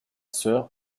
sœur